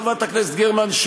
חברת הכנסת גרמן,